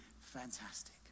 fantastic